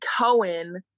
Cohen